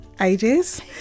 ages